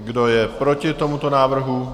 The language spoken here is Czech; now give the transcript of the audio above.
Kdo je proti tomuto návrhu?